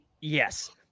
Yes